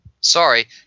Sorry